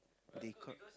they call